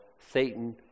Satan